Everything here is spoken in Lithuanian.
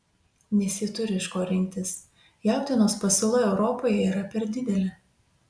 nes ji turi iš ko rinktis jautienos pasiūla europoje yra per didelė